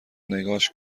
نگاش